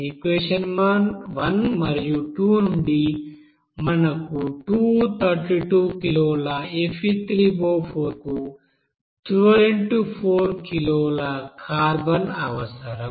equation 1 మరియు 2 నుండి మనకు 232 కిలోల Fe3O4 కు 12x4 కిలోల కార్బన్ అవసరం